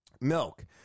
Milk